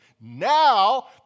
Now